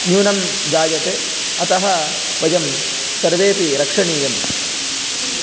न्यूनं जायते अतः वयं सर्वेपि रक्षणीयं